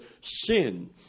sin